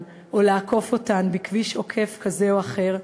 או לעקוף אותן בכביש עוקף כזה או אחר,